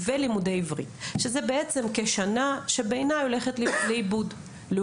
ולימודי עברית וזו שנה שהולכת לאיבוד, בעיני.